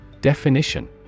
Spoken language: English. Definition